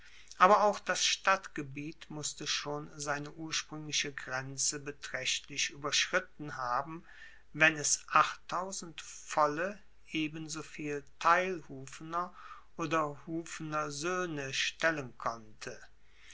aber auch das stadtgebiet musste schon seine urspruengliche grenze betraechtlich ueberschritten haben wenn es volle ebensoviel teilhufener oder hufenersoehne stellen konnte